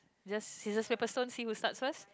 just scissors paper stone see who start first